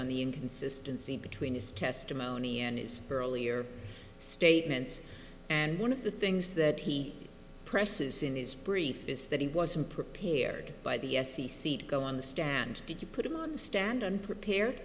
on the inconsistency between his testimony and his earlier statements and one of the things that he presses in his brief is that he wasn't prepared by the f c c to go on the stand to put him on the stand and prepare